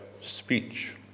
speech